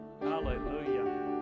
Hallelujah